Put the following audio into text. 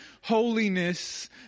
Holiness